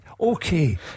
Okay